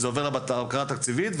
זה עובר לבקרה התקציבית.